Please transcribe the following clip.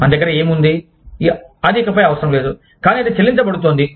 మన దగ్గర ఏమి ఉంది అది ఇకపై అవసరం లేదు కానీ అది చెల్లించబడుతోంది